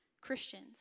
Christians